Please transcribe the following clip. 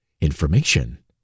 Information